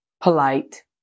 polite